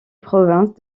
province